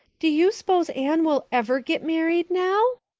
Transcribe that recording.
do you s'pose anne will ever get married now?